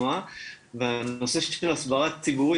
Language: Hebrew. הנושא של הסדרה ציבורית,